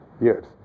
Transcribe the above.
years